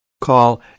Call